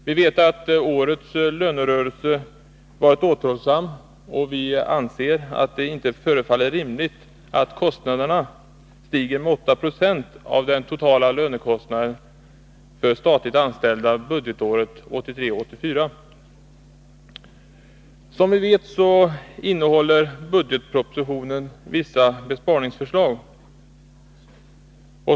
Vi vet att årets lönerörelse varit återhållsam, och vi anser att det inte förefaller rimligt att kostnaderna stiger med 8 96 av den totala lönekostnaden Som vi vet innehåller budgetpropositionen vissa besparingsförslag.